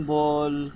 Ball